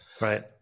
right